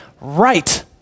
right